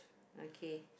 okay